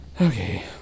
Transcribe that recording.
Okay